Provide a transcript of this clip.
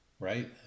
right